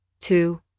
two